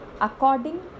according